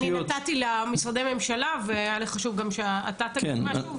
אני נתתי למשרדי ממשלה והיה לי חשוב שגם אתה תגיד משהו,